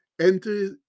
Enter